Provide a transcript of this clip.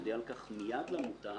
יודיע על כך מיד למוטב.